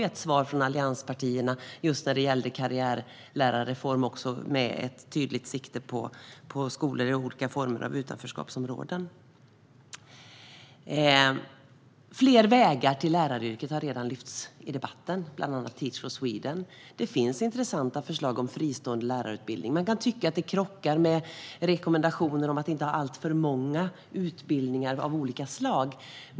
Ett svar från allianspartierna var just karriärlärarreformen, med ett tydligt sikte på skolor i olika utanförskapsområden. Fler vägar till läraryrket har redan lyfts fram i debatten, bland annat Teach for Sweden. Det finns intressanta förslag om fristående lärarutbildning. Man kan tycka att det krockar med rekommendationer om att inte ha alltför många utbildningar av olika slag.